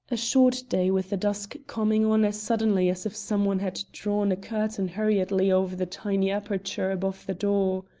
a short day with the dusk coming on as suddenly as if some one had drawn a curtain hurriedly over the tiny aperture above the door.